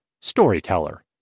storyteller